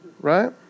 right